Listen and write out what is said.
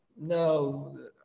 no